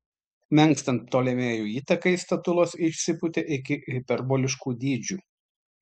menkstant ptolemėjų įtakai statulos išsipūtė iki hiperboliškų dydžių